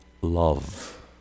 love